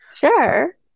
Sure